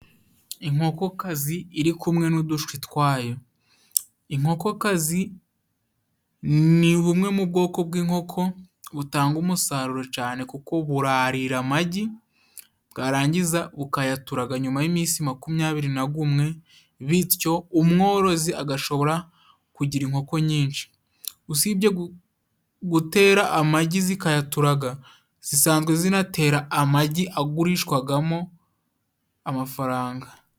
Inkokokazi iri kumwe n'udushwi twayo. Inkokokazi ni bumwe mu bwoko bw'inkoko butanga umusaruro cane, kuko burarira amagi bwarangiza bukayaturaga nyuma y'iminsi makumyabiri namwe bityo. umworozi agashobora kugira inkoko nyinshi. Usibye gutera amagi zikayaturaga, zisanzwe zinatera amagi agurishwagamo amafaranga.